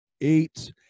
eight